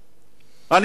אני זוכר את שרון,